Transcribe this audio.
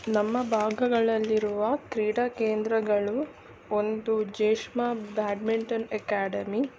ನಮ್ಮ ಭಾಗಗಳಲ್ಲಿರುವ ಕ್ರೀಡಾ ಕೇಂದ್ರಗಳು ಒಂದು ಜೇಷ್ಮಾ ಬ್ಯಾಡ್ಮಿಂಟನ್ ಎಕ್ಯಾಡೆಮಿ